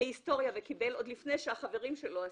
בהיסטוריה עוד לפני שהחברים שלו נבחנו.